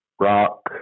rock